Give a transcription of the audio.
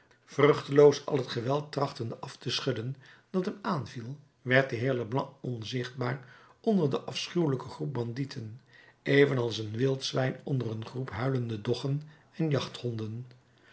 vruchteloos al het geweld trachtende af te schudden dat hem aanviel werd de heer leblanc onzichtbaar onder den afschuwelijken groep bandieten evenals een wild zwijn onder een troep huilende doggen en jachthonden